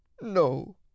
no